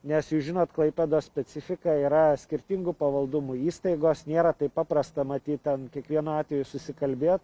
nes jūs žinot klaipėdos specifika yra skirtingo pavaldumo įstaigos nėra taip paprasta matyt ten kiekvienu atveju susikalbėt